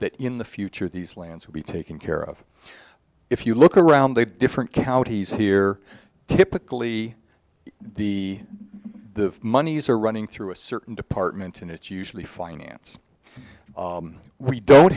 that in the future these lands will be taken care of if you look around the different counties here typically the the monies are running through a certain department and it's usually finance we don't